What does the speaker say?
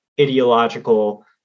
ideological